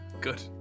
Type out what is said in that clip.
Good